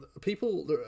People